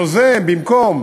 יוזם במקום